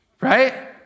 right